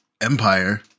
Empire